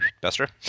Buster